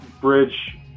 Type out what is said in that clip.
bridge